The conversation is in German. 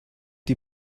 die